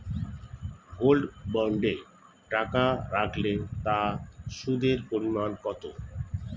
Gold বন্ডে টাকা রাখলে তা সুদের পরিমাণ কত?